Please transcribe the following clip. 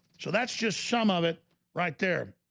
so that's just some of it right there.